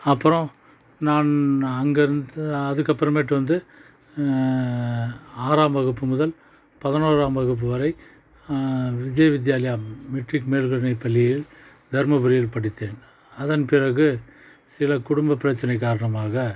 அப்புறம் நான் அங்கே இருந்து அதுக்கப்புறமேட்டு வந்து ஆறாம் வகுப்பு முதல் பதினோறாம் வகுப்பு வரை விஜய் வித்யாலயா மெட்ரிக் மேல் நிலை பள்ளியில் தருமபுரியில் படித்தேன் அதன் பிறகு சில குடும்ப பிரச்சினை காரணமாக